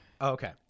Okay